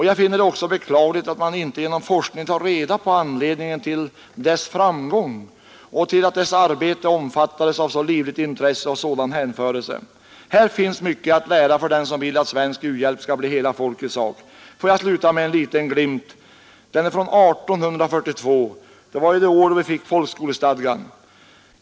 Jag finner det också beklagligt att man inte genom forskning tar reda på anledningen till dess framgång och till att dess arbete omfattades med så livligt intresse och sådan hänförelse. Här finns mycket att lära för den som vill att svensk u-hjälp skall bli hela folkets sak. Låt mig sluta med en liten glimt från 1842, det år folkskolestadgan kom till.